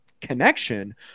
connection